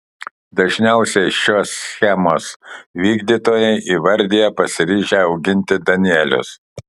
dažniausiai šios schemos vykdytojai įvardija pasiryžę auginti danielius